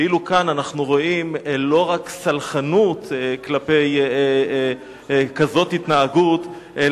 ואילו כאן אנחנו רואים לא רק סלחנות כלפי התנהגות כזאת